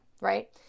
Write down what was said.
right